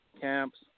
camps